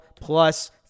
plus